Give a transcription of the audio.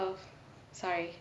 oh sorry